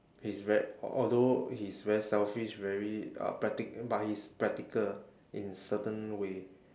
he is ve~ a~ although he's very selfish very uh practic~ but he is practical in certain way